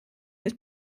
his